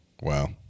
Wow